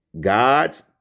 God's